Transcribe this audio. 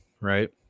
right